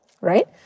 right